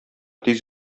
тиз